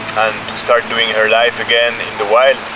and start doing her life again in the wild